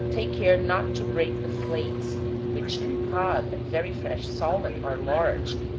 take care not to break the flakes, which in cod and very fresh salmon are large,